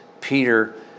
Peter